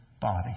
body